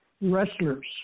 wrestlers